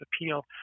Appeal